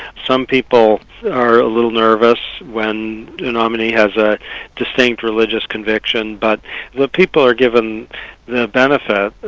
some people are a little nervous when a nominee has a distinct religious conviction, but the people are given the benefit,